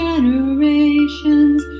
Generations